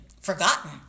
forgotten